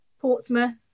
Portsmouth